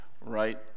right